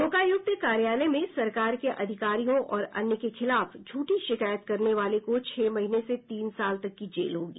लोकायुक्त कार्यालय में सरकार के अधिकारियों और अन्य के खिलाफ झूठी शिकायत करने वालों को छह महीने से तीन साल तक की जेल होगी